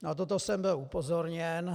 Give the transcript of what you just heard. Na toto jsem byl upozorněn.